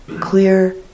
clear